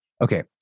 Okay